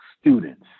students